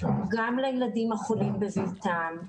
גם לילדים החולים בביתם,